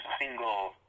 single